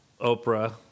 Oprah